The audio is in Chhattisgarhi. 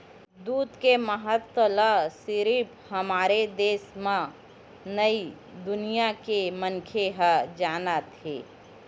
दूद के महत्ता ल सिरिफ हमरे देस म नइ दुनिया के मनखे ह जानत हे